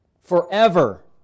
forever